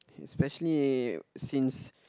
especially since